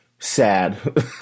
sad